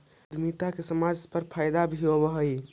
उद्यमिता से समाज के फायदा भी होवऽ हई